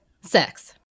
Sex